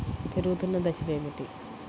పెరుగుతున్న దశలు ఏమిటి?